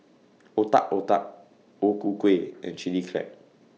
Otak Otak O Ku Kueh and Chili Crab